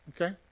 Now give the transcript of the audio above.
okay